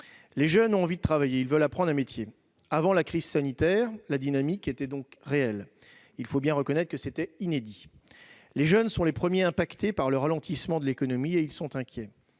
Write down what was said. Les jeunes ont envie de travailler, ils veulent apprendre un métier. Avant la crise sanitaire, la dynamique était réelle. Il faut bien reconnaître que la situation était inédite. Les jeunes sont les premiers touchés par le ralentissement de l'économie. Ils sont inquiets.